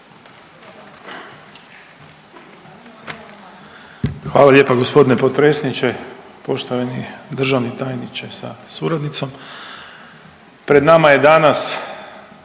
Hvala lijepa g. potpredsjedniče, poštovani državni tajniče sa suradnicom. Pred nama je danas